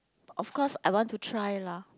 of course I want to try lah